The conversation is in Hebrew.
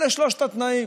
אלה שלושת התנאים.